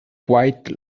quite